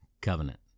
covenant